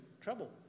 trouble